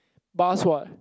bus what